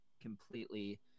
completely